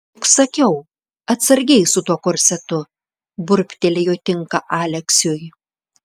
juk sakiau atsargiai su tuo korsetu burbtelėjo tinka aleksiui